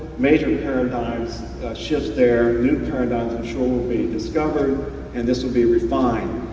major paradigms shift there, new paradigms i'm sure will be discovered and this will be refined.